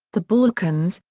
the balkans,